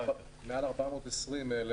מעל 420,000